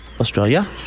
Australia